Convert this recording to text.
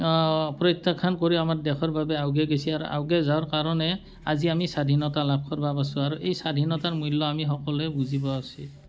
প্ৰত্যাখ্যান কৰি আমাৰ দেশৰ বাবে আওগে গৈছে আৰু আওগে যোৱাৰ কাৰণে আজি আমি স্বাধীনতা লাভ কৰিব পাৰিছোঁ আৰু এই স্বাধীনতাৰ মূল্য আমি সকলোৱে বুজি পোৱা উচিত